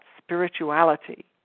spirituality